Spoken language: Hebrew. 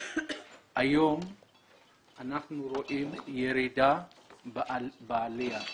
היום אנחנו רואים ירידה בעלייה.